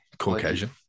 Caucasian